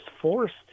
forced